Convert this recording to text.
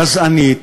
גזענית,